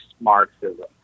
Marxism